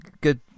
good